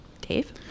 Dave